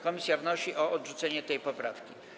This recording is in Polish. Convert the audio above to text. Komisja wnosi o odrzucenie tej poprawki.